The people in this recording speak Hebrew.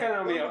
כן, עמי.